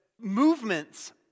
Movements